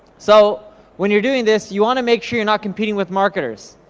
so when you're doing this, you wanna make sure you're not competing with marketers.